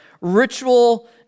ritual